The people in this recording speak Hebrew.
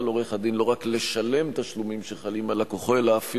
אנחנו מצביעים בקריאה ראשונה על